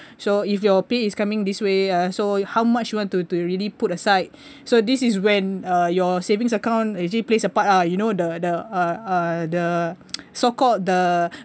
so if your pay is coming this way ah so how much you want to to really put aside so this is when uh your savings account actually plays a part lah you know the the uh uh the so called the